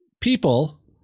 people